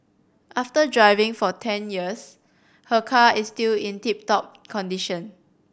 after driving for ten years her car is still in tip top condition